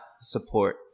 support